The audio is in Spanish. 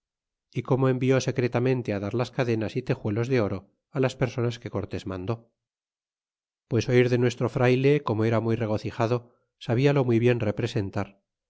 y como envió secretamente dar las cadenas y tejuelos de oro las personas que cortés mandó pues oir de nuestro frayle como era muy regocijado sabíalo muy bien representar